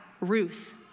Ruth